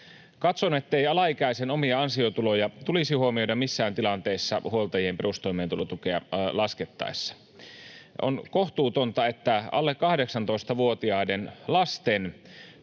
Katson, ettei alaikäisen omia ansiotuloja tulisi huomioida missään tilanteessa huoltajien perustoimeentulotukea laskettaessa. On kohtuutonta, että alle 18-vuotiaiden lasten